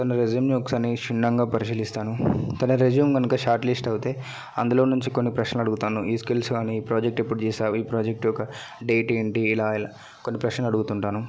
తన రెజ్యూమ్ని ఒకసారి క్షుణ్ణంగా పరిశీలిస్తాను తన రెజ్యూమ్ కనుక షార్ట్లిస్ట్ అయితే అందులో నుంచి కొన్ని ప్రశ్నలు అడుగుతాను ఈ స్కిల్స్ కానీ ఈ ప్రాజెక్ట్ ఎప్పుడు చేసావు ఈ ప్రాజెక్ట్ యొక్క డేట్ ఏంటి ఇలా కొన్ని ప్రశ్నలు అడుగుతుంటాను